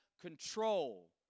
control